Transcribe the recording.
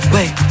Wait